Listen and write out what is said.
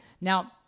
Now